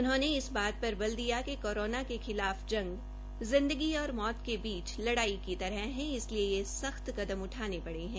उन्होंने इस बात पर बल दिया कि कोरोना के खिलाफ जंग जिंदगी और मौत के बीच लड़ाई की तरह है इसलिए ये सख्त कदम उठाने पड़े है